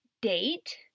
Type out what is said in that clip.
Date